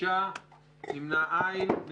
6 לא אושרה.